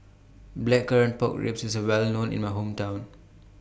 Blackcurrant Pork Ribs IS Well known in My Hometown